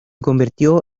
convirtió